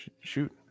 shoot